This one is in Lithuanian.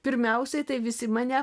pirmiausiai tai visi mane